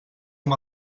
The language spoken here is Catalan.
amb